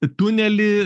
į tunelį